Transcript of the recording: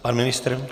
Pan ministr?